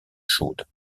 chaudes